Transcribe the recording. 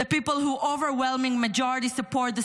the people whose overwhelming majority support the